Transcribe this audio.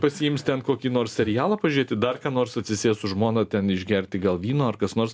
pasiims ten kokį nors serialą pažiūrėti dar ką nors atsisės su žmona ten išgerti gal vyno ar kas nors